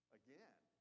again